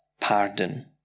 pardon